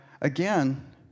again